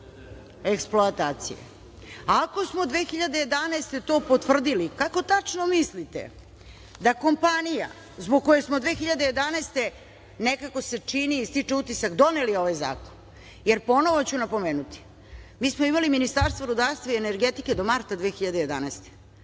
eksploatacije. Ako smo 2011. godine to potvrdili, kako tačno mislite da kompanija zbog koje smo 2011. godine nekako se čini i stiče utisak doneli ovaj zakon, jer ponovo ću napomenuti, mi smo imali Ministarstvo rudarstva i energetike do marta 2011.